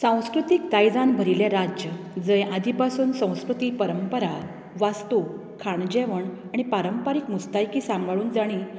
सांस्कृतीक दायजान भरिल्ले राज्य जंय आदिपासून सांस्कृतीक परंपरा वास्तू खाण जेवण आनी पारंपारीक मुस्तायकी सांबाळून जाणी